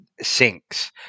sinks